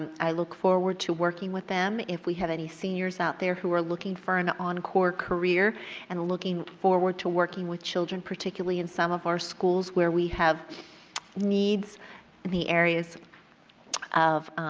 i look forward to working with them. if we have any seniors out there who are looking for an encore career and looking forward to working with children particularly in some of our schools where we have needs in the areas of,